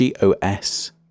GOS